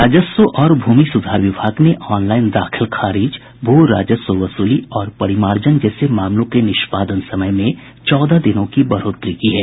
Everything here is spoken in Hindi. राजस्व और भूमि सुधार विभाग ने ऑनलाईन दाखिल खारिज भू राजस्व वसूली और परिमार्जन जैसे मामलों के निष्पादन समय में चौदह दिनों की बढ़ोतरी की है